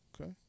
okay